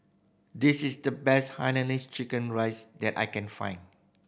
this is the best hainanese chicken rice that I can find